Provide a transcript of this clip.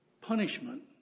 punishment